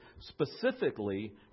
specifically